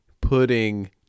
putting